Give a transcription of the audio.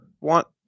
Want